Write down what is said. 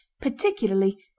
particularly